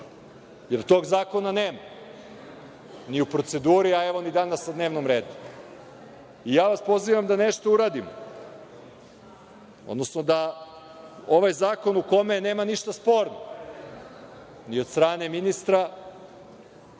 jer tog zakona nema, ni u proceduri, a evo ni danas na dnevnom redu. Ja vas pozivam da nešto uradimo, odnosno da ovaj zakon u kome nema ništa sporno, ni od strane ministra,